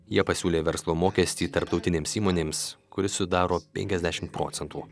jie pasiūlė verslo mokestį tarptautinėms įmonėms kuris sudaro penkiasdešim procentų